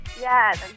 Yes